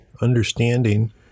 understanding